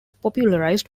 popularized